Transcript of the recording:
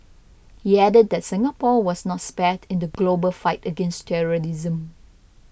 he added that Singapore was not spared in the global fight against terrorism